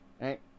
right